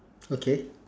okay